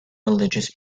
religious